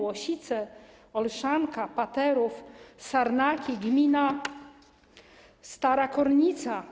Łosice, Olszanka, Platerów, Sarnaki, gmina Stara Kornica.